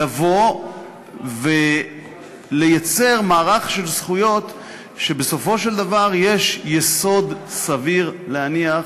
לבוא ולייצר מערך של זכויות שבסופו של דבר יש יסוד סביר להניח